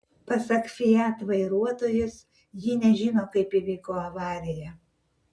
pasak fiat vairuotojos ji nežino kaip įvyko avarija